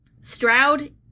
Stroud